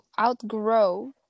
outgrow